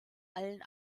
allen